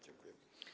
Dziękuję.